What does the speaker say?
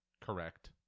correct